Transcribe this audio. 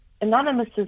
Anonymous